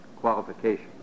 qualification